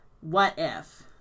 what-if